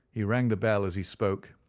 he rang the bell as he spoke,